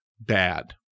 bad